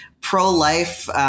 pro-life